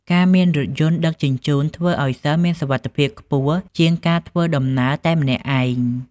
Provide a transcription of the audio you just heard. ការមានរថយន្តដឹកជញ្ជូនធ្វើឱ្យសិស្សមានសុវត្ថិភាពខ្ពស់ជាងការធ្វើដំណើរតែម្នាក់ឯង។